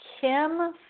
Kim